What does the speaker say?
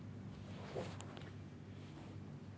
Current bill కడితే అదనపు ఛార్జీలు ఏమైనా వర్తిస్తాయా?